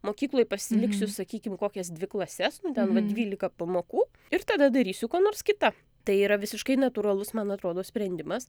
mokykloj pasiliksiu sakykim kokias dvi klases nu ten va dvylika pamokų ir tada darysiu ko nors kita tai yra visiškai natūralus man atrodo sprendimas